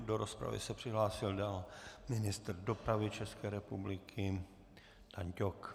Do rozpravy se přihlásil ministr dopravy České republiky Daň Ťok.